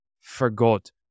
forgot